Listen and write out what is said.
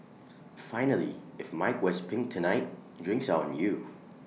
finally if mike wears pink tonight drinks on you